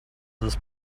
this